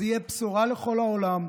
זאת תהיה בשורה לכל העולם,